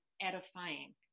edifying